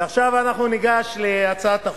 ועכשיו אנחנו ניגש להצעת החוק.